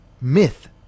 myth